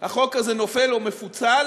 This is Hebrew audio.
החוק הזה נופל או מפוצל,